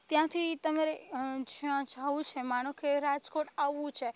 ત્યાંથી તમારે જ્યાં જવું છે માનો કે રાજકોટ આવવું છે